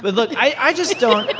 but look. i just don't.